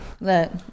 Look